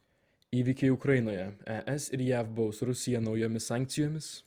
įvykiai ukrainoje es ir jav baus rusiją naujomis sankcijomis